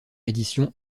édition